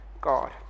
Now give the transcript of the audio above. God